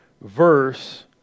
verse